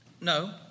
No